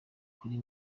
kuri